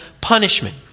punishment